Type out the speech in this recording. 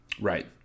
Right